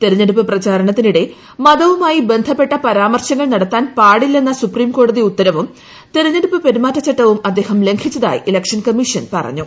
തെരഞ്ഞെടുപ്പ് പ്രചാരണത്തിനിടെ മതവു്മായി ബന്ധപ്പെട്ട പരാമർശങ്ങൾ നടത്താൻ പാടില്ലെന്ന സുപ്രീംകോടതി ഉത്തരവും തെരഞ്ഞെടുപ്പ് പെരുമാറ്റചട്ടവും അദ്ദേഹം ലംഘിച്ചതായി ഇലക്ഷൻ കമ്മീഷൻ പറഞ്ഞു